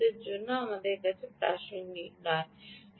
এই মুহুর্তে আমাদের জন্য প্রাসঙ্গিক নয়